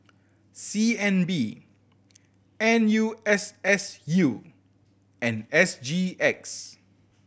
C N B N U S S U and S G X